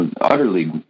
utterly